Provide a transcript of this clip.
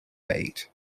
bait